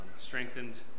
strengthened